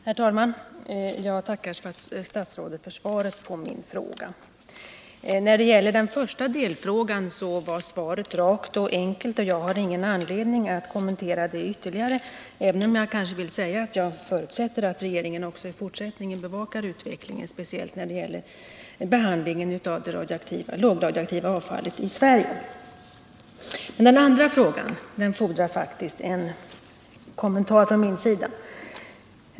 Herr talman! Jag tackar statsrådet för svaret på min fråga. När det gäller den första delfrågan var svaret rakt och enkelt, och jag har ingen anledning att kommentera det ytterligare. Jag förutsätter att regeringen också i fortsättningen bevakar utvecklingen, speciellt när det gäller behandlingen av det lågradioaktiva avfallet i Sverige. Svaret på den andra frågan fordrar faktiskt en kommentar från min sida.